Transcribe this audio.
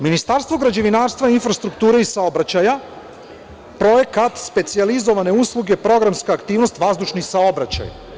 Ministarstvo građevinarstva, infrastrukture i saobraćaja Projekat specijalizovane usluge, programska aktivnost - vazdušni saobraćaj.